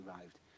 arrived